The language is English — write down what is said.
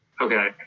Okay